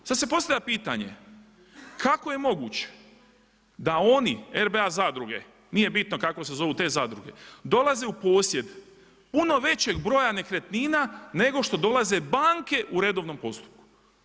Sad se postavlja pitanje kako je moguće da on RBA zadruge, nije bitno kako se zovu te zadruge, dolaze u posjed puno većeg broja nekretnina nego što dolaze banke u redovnom postupku?